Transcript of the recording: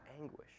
anguish